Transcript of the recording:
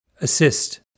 assist